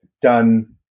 done